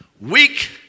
weak